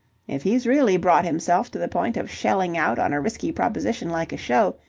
if he's really brought himself to the point of shelling out on a risky proposition like a show,